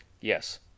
Yes